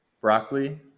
Broccoli